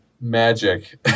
magic